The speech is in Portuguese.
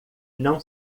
não